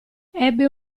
ebbe